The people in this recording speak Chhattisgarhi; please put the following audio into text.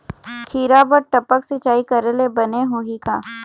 खिरा बर टपक सिचाई करे ले बने होही का?